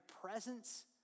presence